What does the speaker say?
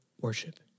worship